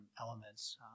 elements